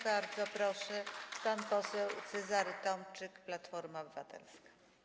Bardzo proszę, pan poseł Cezary Tomczyk, Platforma Obywatelska.